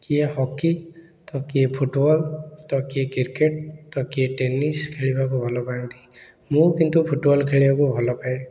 କିଏ ହକି ତ କିଏ ଫୁଟବଲ୍ ତ କିଏ କ୍ରିକେଟ୍ ତ କିଏ ଟେନିସ୍ ଖେଳିବାକୁ ଭଲପାଆନ୍ତି ମୁଁ କିନ୍ତୁ ଫୁଟବଲ୍ ଖେଳିବାକୁ ଭଲପାଏ